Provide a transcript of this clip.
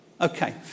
Okay